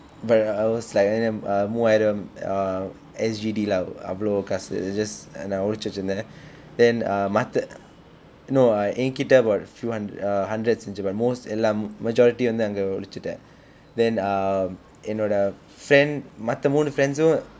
but I was like மூவாயிரம்:muvaayiram uh S_G_D lah அவ்வளவு காசு:avvalvu kaasu just நான் ஒளித்து வைத்திருந்தேன்:naan olitthu vaithirunthen then um மாற்ற:maatra no uh என் கிட்ட:en kitta about few hundr~ uh hundreds இருந்துச்சு:irunthucchu but most எல்லாம்:ellaam majority வந்து அங்க ஒளித்துட்டேன்:vanthu anga olitthutten then um என்னோட:ennoda friend மற்ற மூன்று:matra mundru friends